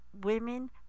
women